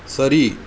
சரி